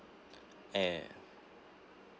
eh